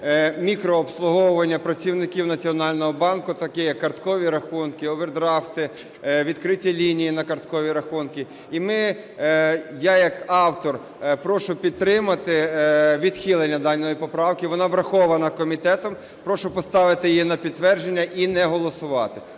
мікрообслуговування працівників Національного банку, такі як карткові рахунки, овердрафти, відкриті лінії на карткові рахунки. І ми, я як автор прошу підтримати відхилення даної поправки. Вона врахована комітетом, прошу поставити її на підтвердження і не голосувати.